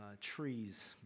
trees